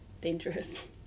dangerous